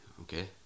okay